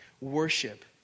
worship